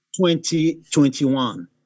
2021